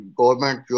government